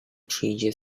przyjdzie